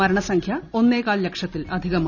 മരണസംഖ്യ ഒന്നേകാൽ ലക്ഷത്തിലധികമായി